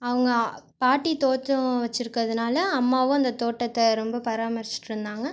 அவங்க பாட்டி தோட்டம் வச்சுருக்கதுனால அம்மாவும் அந்த தோட்டத்தை ரொம்ப பராமரிச்சுட்ருந்தாங்க